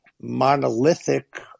monolithic